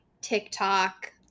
TikTok